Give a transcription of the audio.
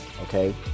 okay